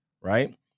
right